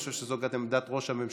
ואני חושב שזאת גם עמדת ראש הממשלה,